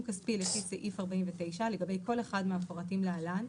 כספי לפי סעיף 49 לגבי כל אחד מהמפורטים להלן,